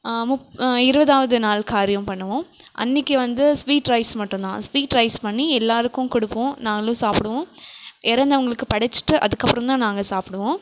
முப் இருபதாவது நாள் காரியம் பண்ணுவோம் அன்னிக்கு வந்து ஸ்வீட் ரைஸ் மட்டுந்தான் ஸ்வீட் ரைஸ் பண்ணி எல்லாருக்கும் கொடுப்போம் நாங்களும் சாப்பிடுவோம் இறந்தவங்களுக்கு படைச்சிட்டு அதுக்கப்றந்தான் நாங்கள் சாப்பிடுவோம்